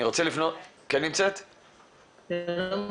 שלום וברכה.